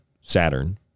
Saturn